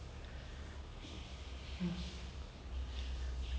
the one with Ma Ka Pa ka pa where he sings his very first song